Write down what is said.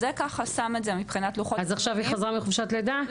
אז עכשיו היא חזרה מתקופת הלידה.